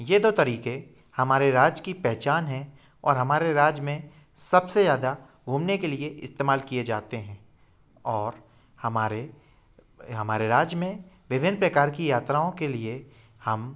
ये दो तरीक़े हमारे राज्य की पहचान है और हमारे राज्य मे सब से ज़्यादा घूमने के लिए इस्तेमाल किए जाते है और हमारे हमारे राज्य में विभिन्न प्रकार की यात्राओं के लिए हम